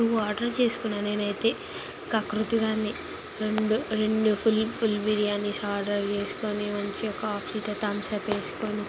two ఆర్డర్లు చేసుకున్నా నేనయితే కకృతి దాన్ని రెండు రెండు ఫుల్ ఫుల్ బిర్యానీస్ ఆర్డర్ చేసుకొని మంచిగా ఒక హాఫ్ లీటర్ థమ్స్అప్ చేసుకొని